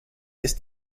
ist